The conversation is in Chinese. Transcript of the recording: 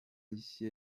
一些